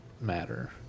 matter